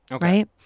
right